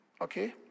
Okay